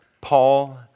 Paul